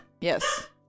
Yes